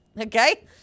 Okay